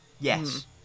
Yes